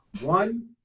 One